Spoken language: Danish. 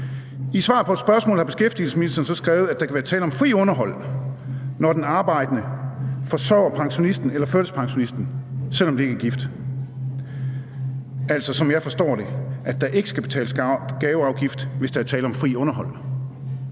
I svar på et spørgsmål har beskæftigelsesministeren skrevet, at der kan være tale om frit underhold, når den arbejdende forsørger pensionisten eller førtidspensionisten, selv om de ikke er gift – altså, som jeg forstår det, at der ikke skal betales gaveafgift, hvis der er tale om frit underhold.